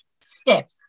step